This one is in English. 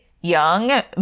young